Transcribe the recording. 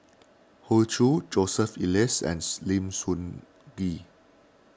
Hoey Choo Joseph Elias and Lim Sun Gee